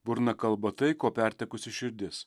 burna kalba tai ko pertekusi širdis